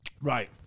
Right